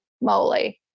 moly